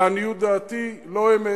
לעניות דעתי, לא אמת.